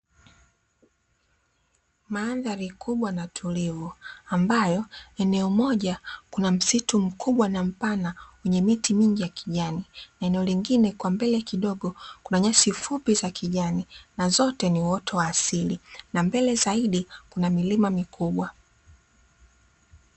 Mandhari kubwa na tulivu ambayo eneo moja kuna msitu mkubwa na mpana lenye miti mingi ya kijani, eneo lingine kwa mbele kidogo kuna nyasi fupi za kijani na zote ni uoto wa asili, na mbele zaidi kuna milima mikubwa.